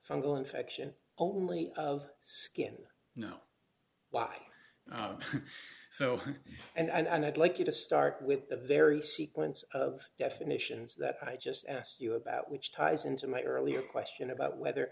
fungal infection only of skin no why so and i'd like you to start with the very sequence of definitions that i just asked you about which ties into my earlier question about whether